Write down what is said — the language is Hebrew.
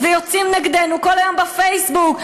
ויוצאים נגדנו כל היום בפייסבוק,